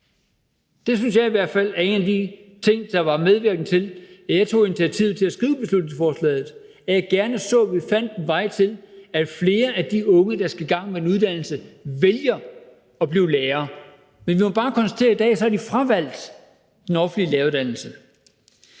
Det er i hvert fald en af de ting, der var medvirkende til, at jeg tog initiativet til at skrive beslutningsforslaget. Jeg så gerne, at vi fandt en vej til, at flere af de unge, der skal i gang med en uddannelse, vælger at blive lærer. Men vi må jo bare konstatere i dag, at de har fravalgt den offentlige læreruddannelse.